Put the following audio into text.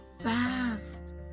fast